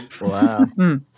Wow